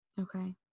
Okay